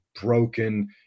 broken